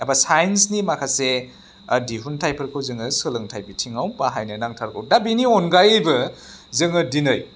एबा साइन्सनि माखासे दिहुनथायफोरखौ जोङो सोलोंथाइ बिथिङाव बाहायनो नांथारगौ दा बेनि अनगायैबो जोङो दिनै